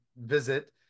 visit